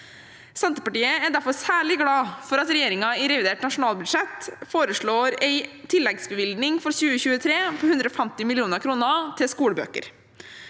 Senterpartiet er derfor særlig glad for at regjeringen i revidert nasjonalbudsjett foreslår en tilleggsbevilgning for 2023 på 150 mill. kr til skolebøker